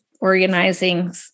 organizing